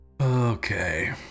Okay